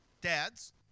Dads